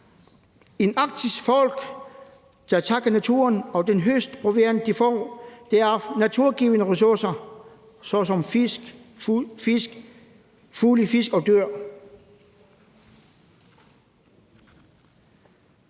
et arktisk folk takker naturen for den høstproviant, de får af naturgivne ressourcer såsom fugle, fisk og dyr,